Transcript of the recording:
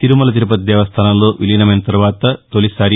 తిరుమల తిరుపతి దేవస్థానంలో విలీనమైన తర్వాత తొలిసారి